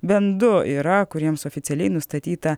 bent du yra kuriems oficialiai nustatyta